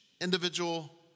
individual